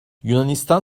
yunanistan